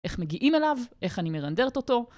איך מגיעים אליו, איך אני מרנדרת אותו